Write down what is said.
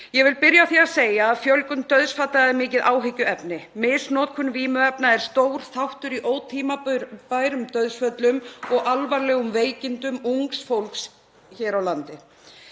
Ég vil byrja á því að segja að fjölgun dauðsfalla er mikið áhyggjuefni. Misnotkun vímuefna er stór þáttur í ótímabærum dauðsföllum og alvarlegum veikindum ungs fólks hér á landi.